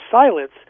silence